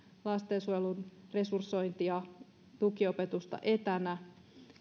lastensuojelun resursointia ja tukiopetusta etänä